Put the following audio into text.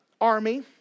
army